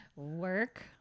Work